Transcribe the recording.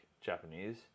Japanese